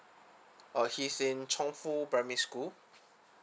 oh he is in chongfu primary school